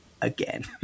again